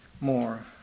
more